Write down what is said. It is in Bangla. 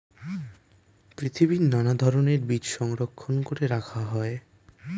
পৃথিবীর নানা ধরণের বীজ সংরক্ষণ করে রাখা হয়